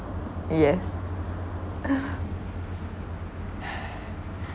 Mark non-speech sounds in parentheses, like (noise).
yes (breath)